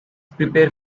prepare